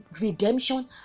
redemption